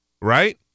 right